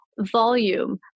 volume